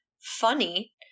funny